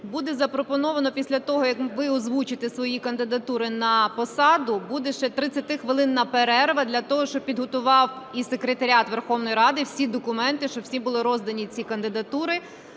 буде запропоновано після того, як ви озвучите свої кандидатури на посаду, буде ще 30-хвилинна перерва для того, щоб підготував і секретаріат Верховної Ради всі документи, щоб всі були роздані ці кандидатури,